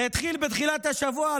זה התחיל בתחילת השבוע.